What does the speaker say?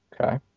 Okay